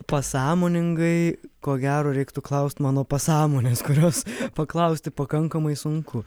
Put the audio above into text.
pasąmoningai ko gero reiktų klaust mano pasąmonės kurios paklausti pakankamai sunku